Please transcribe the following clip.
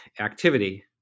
activity